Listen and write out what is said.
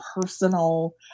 personal